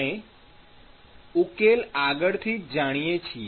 આપણે ઉકેલ અલગથી જાણીએ છીએ